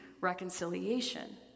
reconciliation